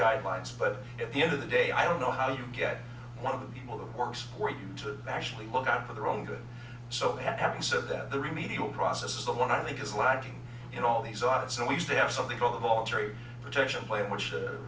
guidelines but at the end of the day i don't know how you get one of the people that works for you to look out for their own good so having said that the remedial process is the one that i think is lacking in all these audits we used to have something called the voluntary protection plan which